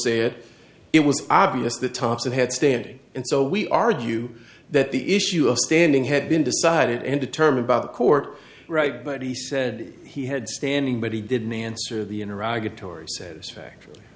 said it was obvious the to it had standing and so we argue that the issue of standing had been decided and determined by the court right but he said he had standing but he didn't answer the ira